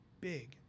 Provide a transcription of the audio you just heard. big